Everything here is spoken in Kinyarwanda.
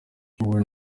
wowe